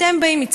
אתם באים,